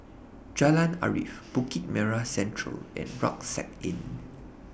Jalan Arif Bukit Merah Central and Rucksack Inn